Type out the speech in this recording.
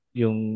yung